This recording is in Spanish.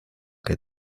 que